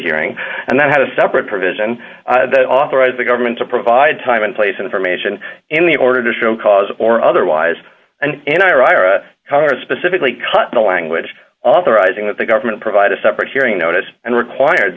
hearing and that had a separate provision that authorize the government to provide time and place information in the order to show cause or otherwise and in iraq specifically cut the language authorizing that the government provide a separate hearing notice and require